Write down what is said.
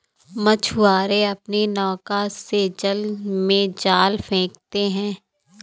मछुआरे अपनी नौका से जल में जाल फेंकते हैं